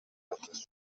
بکش